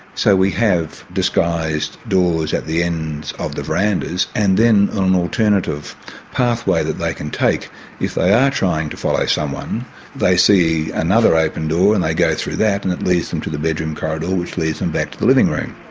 so we have disguised doors at the ends of the verandas and then on an alternative pathway that they can take if they are trying to follow someone they see another open door and they go through that and it leads them to the bedroom corridor which leads them back to the living room.